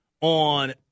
on